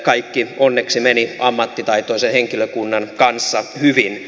kaikki onneksi meni ammattitaitoisen henkilökunnan kanssa hyvin